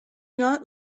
not